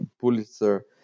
Pulitzer